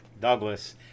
Douglas